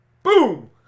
Boom